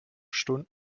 stunden